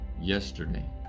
yesterday